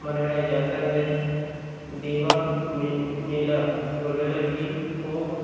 منایا جاتا ہے دیوا میں میلا وغیرہ بھی خوب